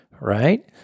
right